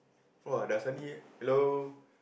!wah! dah asal ni hello